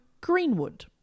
Greenwood